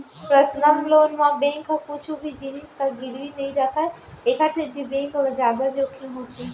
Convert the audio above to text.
personal loan म bank ह कुछु भी जिनिस ल गिरवी नइ राखय एखर सेती बेंक ल जादा जोखिम होथे